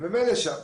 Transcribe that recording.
הם ממילא שם.